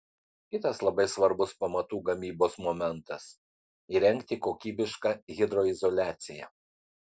kitas labai svarbus pamatų gamybos momentas įrengti kokybišką hidroizoliaciją